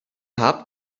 habt